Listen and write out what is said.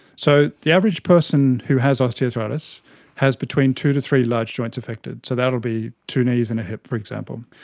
so the average person who has osteoarthritis has between two to three large joints affected. so that will be two knees and a hip, for example.